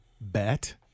bet